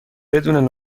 بدون